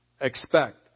expect